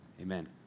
Amen